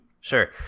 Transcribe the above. Sure